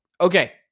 Okay